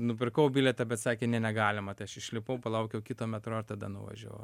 nupirkau bilietą bet sakė ne negalima tai aš išlipau palaukiau kito metro ir tada nuvažiavau